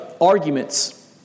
arguments